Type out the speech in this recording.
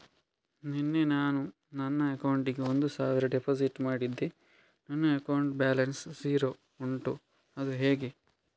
ನಿನ್ನೆ ನಾನು ನನ್ನ ಅಕೌಂಟಿಗೆ ಒಂದು ಸಾವಿರ ಡೆಪೋಸಿಟ್ ಮಾಡಿದೆ ನನ್ನ ಅಕೌಂಟ್ ಬ್ಯಾಲೆನ್ಸ್ ಝೀರೋ ಉಂಟು ಅದು ಹೇಗೆ?